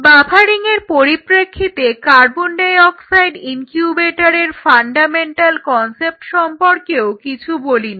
বাফারিংয়ের পরিপ্রেক্ষিতে carbon dioxide ইনকিউবেটরের fundamental concept সম্পর্কেও কিছু বলিনি